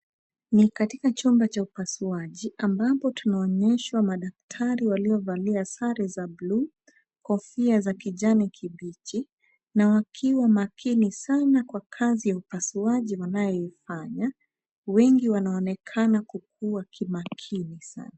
Ni katika chumba cha upasuaji, ambapo tunaonyeshwa madaktari waliovalia sare za buluu, kofia za kijani kibichi na wakiwa makini sana kwa kazi ya upasuaji wanayofanya. Wengi wanaonekana kukuwa kimakini sana.